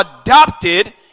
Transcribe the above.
adopted